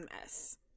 mess